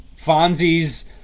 Fonzie's